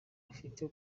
bufite